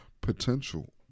potential